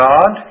God